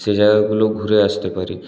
সে জায়গাগুলো ঘুরে আসতে পারি